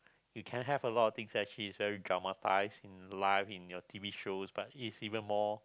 you can have a lot of things that she's very dramatized in life in your T_V shows but is even more